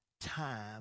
time